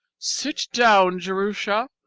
sit down, jerusha,